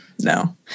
No